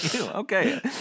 Okay